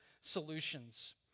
solutions